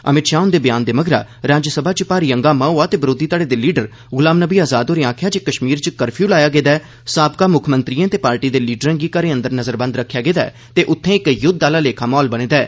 अमित शाह हुंदे बयान दे मगरा राज्यसभा च भारी हंगामा होआ ते बरोधी घड़े दे लीडर गुलाम नबी आज़ाद होरें आखेआ जे केश्मीर च कर्फ्यू लाया गेदा ऐ साबका मुक्खमंत्रिएं ते पार्टी दे लीडरें गी घरें अंदर नजरबंद रक्खेआ गेदा ऐ ते उत्थें इक युद्ध आह्ला लेखा म्हौल बने दा ऐ